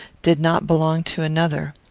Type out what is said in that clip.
did not belong to another.